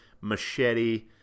Machete